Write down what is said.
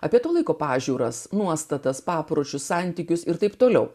apie to laiko pažiūras nuostatas papročius santykius ir taip toliau